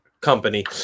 company